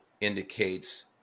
indicates